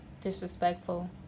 disrespectful